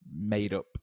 made-up